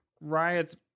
Riot's